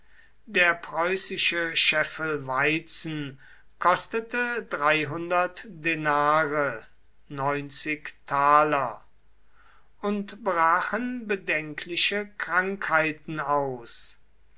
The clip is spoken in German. der preußische scheffel weizen kostete denare und brachen bedenkliche krankheiten aus